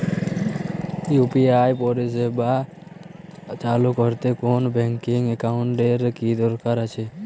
UPI পরিষেবা চালু করতে কোন ব্যকিং একাউন্ট এর কি দরকার আছে?